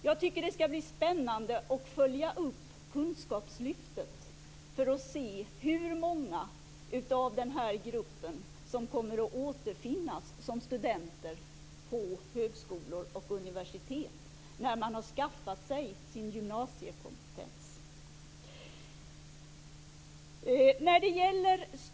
Jag tycker att det skall bli spännande att följa upp kunskapslyftet för att se hur många av de studerande där som kommer att återfinnas som studenter på högskolor och universitet när de har skaffat sig sin gymnasiekompetens.